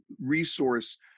resource